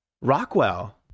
Rockwell